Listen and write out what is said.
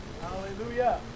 Hallelujah